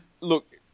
look